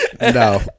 No